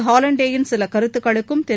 ஹாலண்டே யின் சிலகருத்துக்களுக்கும் திரு